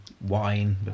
wine